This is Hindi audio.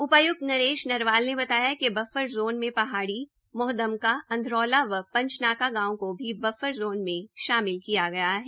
उपायुक्त नोश नरेश नरवाल ने बताया कि कि बफर ज़ोन में पहाड़ी मोहदमका अंधरेला व पंचनाका गांवों को भी बफर ज़ोन में शामिल किया गया है